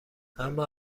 اما